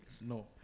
No